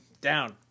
down